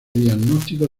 diagnóstico